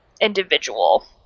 individual